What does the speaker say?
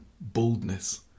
boldness